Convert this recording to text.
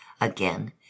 Again